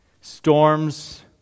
Storms